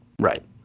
right